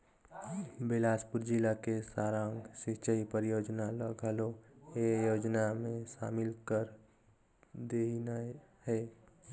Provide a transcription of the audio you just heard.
बेलासपुर जिला के सारंग सिंचई परियोजना ल घलो ए योजना मे सामिल कर देहिनह है